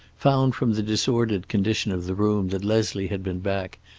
found from the disordered condition of the room that leslie had been back,